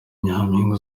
nyampinga